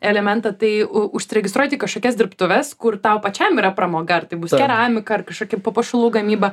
elementą tai užsiregistruot į kažkokias dirbtuves kur tau pačiam yra pramoga ar tai bus keramika ar kažkokia papuošalų gamyba